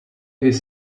his